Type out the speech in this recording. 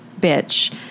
bitch